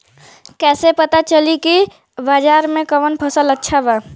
कैसे पता चली की बाजार में कवन फसल अच्छा बा?